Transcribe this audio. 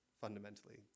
Fundamentally